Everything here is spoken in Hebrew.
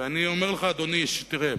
ואני אומר לך, אדוני, תראה,